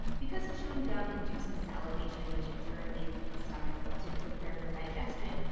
because chewing gum induces salivation which in turn leads the stomach to prepare for digestion,